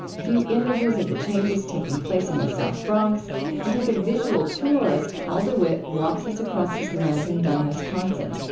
view images of the changes taking place in the south bronx and take a visual tour as cal dewitt walks us across his land in dunn, wisconsin.